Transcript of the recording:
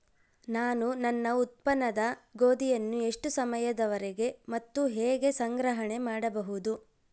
ನಾನು ನನ್ನ ಉತ್ಪನ್ನವಾದ ಗೋಧಿಯನ್ನು ಎಷ್ಟು ಸಮಯದವರೆಗೆ ಮತ್ತು ಹೇಗೆ ಸಂಗ್ರಹಣೆ ಮಾಡಬಹುದು?